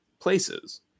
places